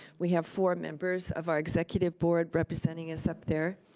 we have four members of our executive board representing us up there.